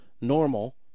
normal